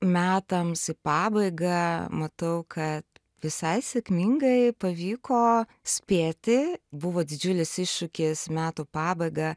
metams į pabaigą matau kad visai sėkmingai pavyko spėti buvo didžiulis iššūkis į metų pabaigą